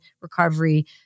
recovery